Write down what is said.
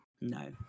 No